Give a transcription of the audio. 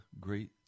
great